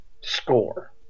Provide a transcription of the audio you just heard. score